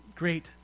great